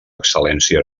excel·lència